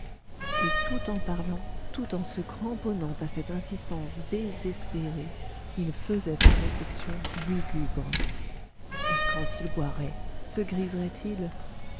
et tout en parlant tout en se cramponnant à cette insistance désespérée il faisait cette réflexion lugubre et quand il boirait se